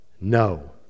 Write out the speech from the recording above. no